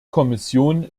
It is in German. kommission